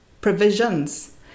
provisions